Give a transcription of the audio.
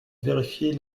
vérifier